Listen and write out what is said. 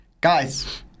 guys